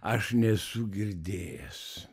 aš nesu girdėjęs